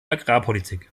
agrarpolitik